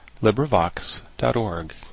LibriVox.org